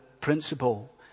principle